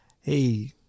Hey